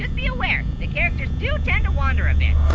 be beware the characters do tend to wander a bit.